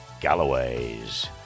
Galloway's